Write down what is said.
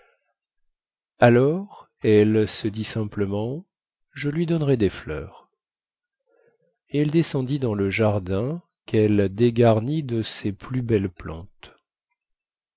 alors elle se dit simplement je lui donnerai des fleurs et elle descendit dans le jardin quelle dégarnit de ses plus belles plantes